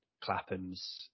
clapham's